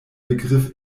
begriff